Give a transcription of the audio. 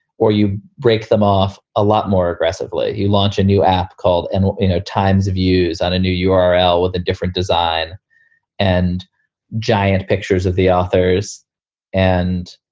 or you break them off a lot more aggressively. you launch a new app called and you know times of use on a new, you are out with a different design and giant pictures of the authors and.